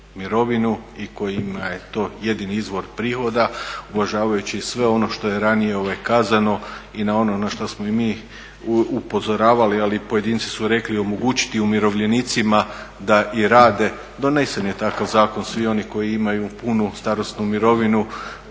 i kojima je to jedini izvor prihoda uvažavajući sve ono što je ranije kazano i na ono na što smo i mi upozoravali, ali pojedinci su rekli omogućiti umirovljenicima da i rade, donesen je takav zakon, svi oni koji imaju punu starosnu mirovinu,